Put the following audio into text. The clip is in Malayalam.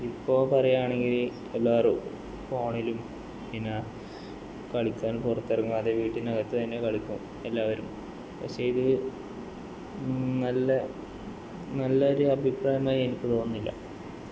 ഇപ്പോൾ പറയുവാണെങ്കില് എല്ലാരും ഫോണിലും പിന്നെ കളിയ്ക്കാൻ പുറത്തിറങ്ങാതെ വീടിനകത്ത് തന്നെ കളിക്കും എല്ലാവരും പക്ഷെ ഇത് നല്ല നല്ലൊരു അഭിപ്രായമായി എനിക്ക് തോന്നുന്നില്ല